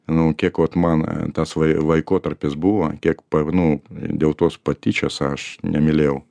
nu kiek vat man tas vai laikotarpis buvo kiek pa nu dėl tos patyčios aš nemylėjau